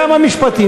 קראתי אותך